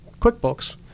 QuickBooks